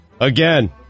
Again